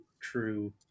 true